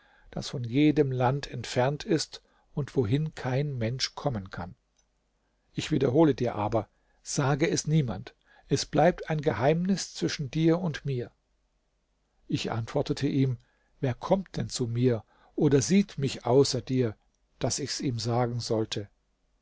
das von jedem land entfernt ist und wohin kein mensch kommen kann ich wiederhole dir aber sage es niemand es bleibt ein geheimnis zwischen dir und mir ich antwortete ihm wer kommt denn zu mir oder sieht mich außer dir daß ich's ihm sagen sollte